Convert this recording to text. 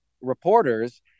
reporters